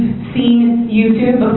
seen you